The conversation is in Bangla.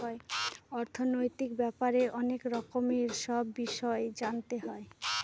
অর্থনৈতিক ব্যাপারে অনেক রকমের সব বিষয় জানতে হয়